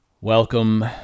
Welcome